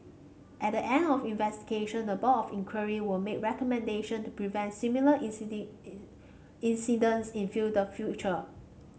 at the end of investigation the Board of Inquiry will make recommendation to prevent similar incidents in the future